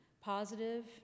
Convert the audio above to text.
positive